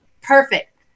Perfect